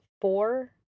four